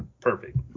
perfect